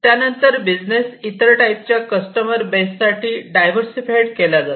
त्यानंतर बिझनेस इतर टाईप च्या कस्टमर बेस साठी डायव्हर्सिटीफाईड केला जातो